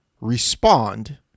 respond